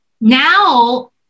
now